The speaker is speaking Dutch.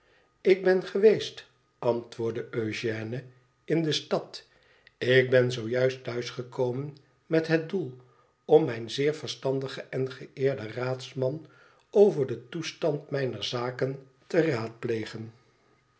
ik ben geweest antwoordde eugène in de stad ik ben zoo juist thuis gekomen met het doel om mijn zeer verstandigen en geëerden raadsman over den toestand mijner zaken te raadplegen